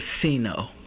casino